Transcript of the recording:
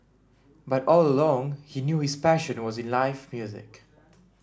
but all along he knew his passion was in live music